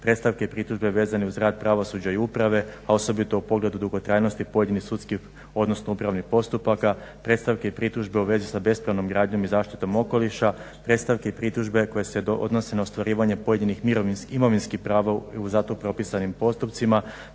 predstavke i pritužbe vezane uz rad pravosuđa i uprave, a osobito u pogledu dugotrajnosti pojedinih sudskih, odnosno upravnih postupaka, predstavki i pritužbi u vezi sa bespravnom gradnjom i zaštitom okoliša, predstavke i pritužbe koje se odnose na ostvarivanje pojedinih imovinskih prava u zato propisanim postupcima,